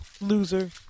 loser